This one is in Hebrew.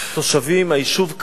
תושבים מהיישוב כפר-דרום,